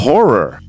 Horror